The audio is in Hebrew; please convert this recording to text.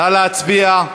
נא להצביע.